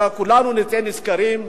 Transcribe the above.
וכולנו נצא נשכרים,